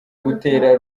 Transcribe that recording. gutera